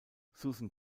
susan